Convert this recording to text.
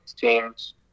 teams